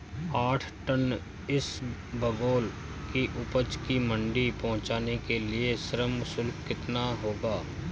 आठ टन इसबगोल की उपज को मंडी पहुंचाने के लिए श्रम शुल्क कितना होगा?